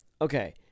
Okay